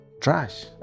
trash